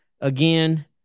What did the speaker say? Again